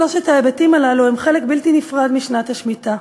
שלושת ההיבטים הללו הם חלק בלתי נפרד משנת השמיטה.